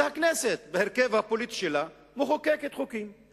זה הכנסת, בהרכב הפוליטי שלה, מחוקקת חוקים,